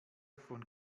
von